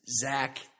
Zach